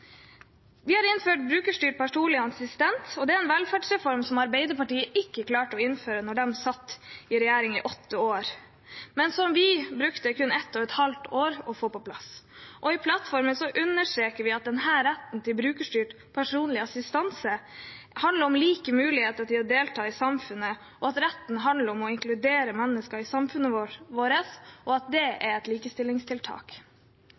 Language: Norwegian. Vi har innført brukerstyrt personlig assistanse, og det er en velferdsreform som Arbeiderpartiet ikke klarte å innføre da de satt i regjering i åtte år, men som vi brukte kun halvannet år på å få på plass. I plattformen understreker vi at denne retten til brukerstyrt personlig assistanse handler om like muligheter til å delta i samfunnet, og at retten handler om å inkludere mennesker i samfunnet vårt, og at det